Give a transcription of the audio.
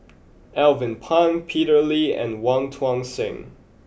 Alvin Pang Peter Lee and Wong Tuang Seng